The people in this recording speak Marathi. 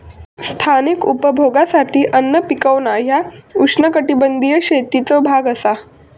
स्थानिक उपभोगासाठी अन्न पिकवणा ह्या उष्णकटिबंधीय शेतीचो भाग असा